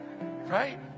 Right